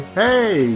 hey